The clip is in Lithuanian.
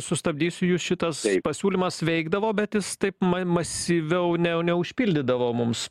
sustabdysiu jus šitas pasiūlymas veikdavo bet jis taip mas masyviau ne neužpildydavo mums